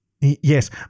Yes